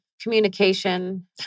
Communication